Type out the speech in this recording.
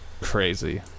crazy